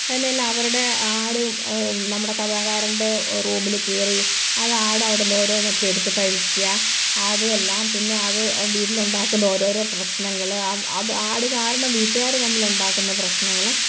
തന്നെയല്ല അവരുടെ ആട് നമ്മുടെ കഥാകാരൻ്റെ റൂമിൽ കയറി അത് ആട് അവിടെ നിന്ന് ഓരോന്നൊക്കെ എടുത്ത് കഴിക്കുക അതുമല്ല പിന്നെ അത് വീട്ടിലുണ്ടാക്കുന്ന ഓരോരോ പ്രശ്നങ്ങൾ അത് ആട് കാരണം വീട്ടുകാർ തമ്മിലുണ്ടാക്കുന്ന പ്രശ്നങ്ങൾ